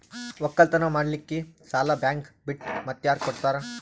ಒಕ್ಕಲತನ ಮಾಡಲಿಕ್ಕಿ ಸಾಲಾ ಬ್ಯಾಂಕ ಬಿಟ್ಟ ಮಾತ್ಯಾರ ಕೊಡತಾರ?